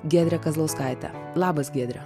giedre kazlauskaite labas giedre